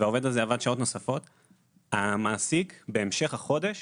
והעובד הזה עבד שעות נוספות, המעסיק בהמשך החודש